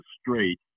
straight